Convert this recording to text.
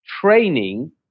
training